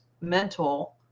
mental